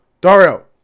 Dario